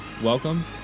welcome